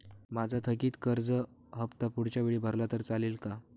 माझा थकीत कर्ज हफ्ता पुढच्या वेळी भरला तर चालेल का?